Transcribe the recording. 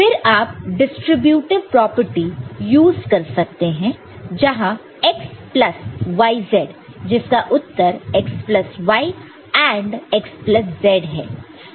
फिर आप distributive property use कर सकते हैं जहां x प्लस yz जिसका उत्तर x plus y AND x plus z है